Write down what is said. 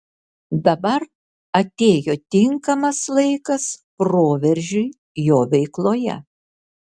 dabar atėjo tinkamas laikas proveržiui jo veikloje